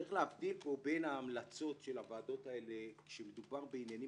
אך יש להבדיל פה בין המלצות הוועדות האלה כשמדובר בעניינים